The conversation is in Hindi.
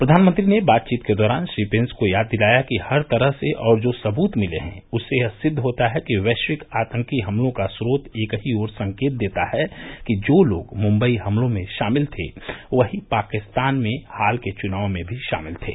प्रधानमंत्री ने बातचीत के दौरान श्री पेन्स को याद दिलाया कि हर तरह से और जो सबूत मिले हैं उससे यह सिद्व होता है कि वैश्विक आतंकी हमलों का स्रोत एक ही ओर संकेत देता है कि जो लोग मुंबई हमले में शामिल थे वही पाकिस्तान में हाल के चुनाव में भी शामिल थें